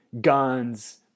guns